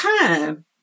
time